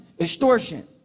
extortion